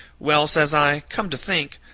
well, says i, come to think,